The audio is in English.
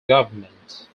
government